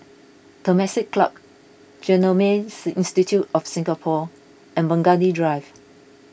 Temasek Club Genomes Institute of Singapore and Burgundy Drive